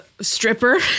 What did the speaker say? Stripper